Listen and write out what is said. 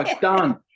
done